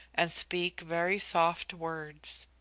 and speak very soft words.